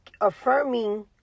affirming